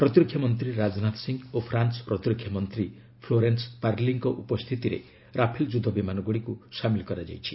ପ୍ରତିରକ୍ଷାମନ୍ତ୍ରୀ ରାଜନାଥ ସିଂ ଓ ଫ୍ରାନ୍ନ ପ୍ରତିରକ୍ଷା ମନ୍ତ୍ରୀ ଫ୍ଲୋରେନ୍ସ ପାର୍ଲିଙ୍କ ଉପସ୍ଥିତିରେ ରାଫେଲ ଯୁଦ୍ଧ ବିମାନଗୁଡ଼ିକୁ ସାମିଲ କରାଯାଇଛି